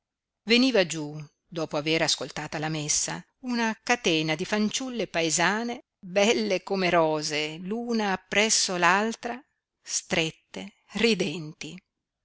veniva giú dopo aver ascoltata la messa una catena di fanciulle paesane belle come rose l'una appresso l'altra strette ridenti